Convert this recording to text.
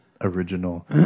original